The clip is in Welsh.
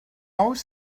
oes